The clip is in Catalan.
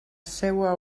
seua